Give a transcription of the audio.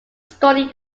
studied